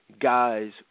guys